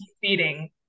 feeding